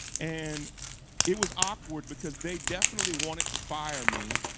and it was awkward because they definitely wanted to fire me